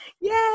Yay